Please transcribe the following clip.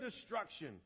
destruction